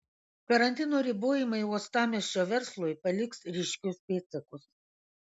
karantino ribojimai uostamiesčio verslui paliks ryškius pėdsakus